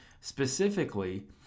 Specifically